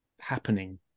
happening